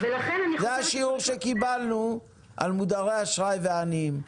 זה השיעור שקיבלנו על מודרי אשראי ועניים.